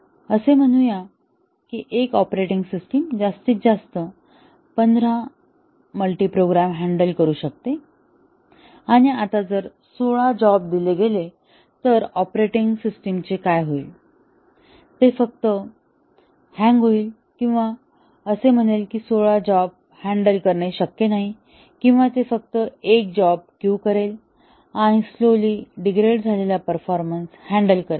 तर असे म्हणूया की एक ऑपरेटिंग सिस्टम जास्तीत जास्त 15 मल्टीप्रोग्राम हॅन्डल करू शकते आणि आता जर 16 जॉब दिले गेले तर ऑपरेटिंग सिस्टमचे काय होईल ते फक्त हँग होईल किंवा असे म्हणेल की 16 जॉब हॅन्डल करणे शक्य नाही किंवा ते फक्त 1 जॉब क्यू करेल आणि स्लोवली डिग्रेड झालेला परफॉर्मन्स हॅन्डल करेल